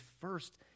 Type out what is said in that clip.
first